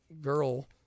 girl